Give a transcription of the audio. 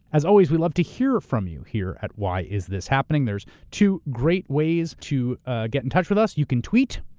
always, we love to hear from you here at why is this happening. there's two great ways to ah get in touch with us. you can tweet.